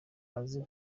azi